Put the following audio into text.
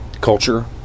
culture